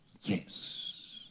yes